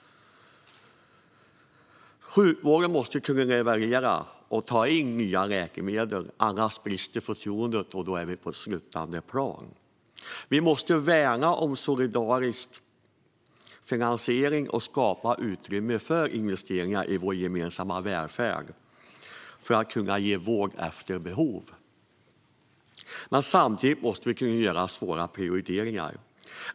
Sjukvården måste kunna leverera och ta in nya läkemedel. Annars brister förtroendet, och då är vi på ett sluttande plan. Vi måste värna om solidarisk finansiering och skapa utrymme för investeringar i vår gemensamma välfärd för att kunna ge vård efter behov. Samtidigt måste vi kunna göra svåra prioriteringar.